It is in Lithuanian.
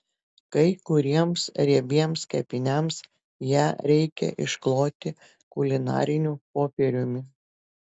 kai kuriems riebiems kepiniams ją reikia iškloti kulinariniu popieriumi